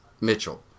Mitchell